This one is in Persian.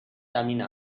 زمین